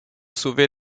sauver